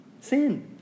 Sin